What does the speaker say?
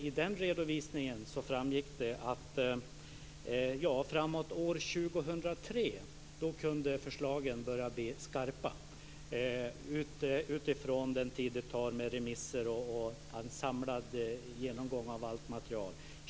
Av den redovisningen framgick att förslagen kunde börja bli skarpa först framåt år 2003, med tanke på den tid som behövs för remissförfarandet och genomgången av allt material.